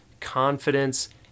confidence